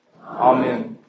Amen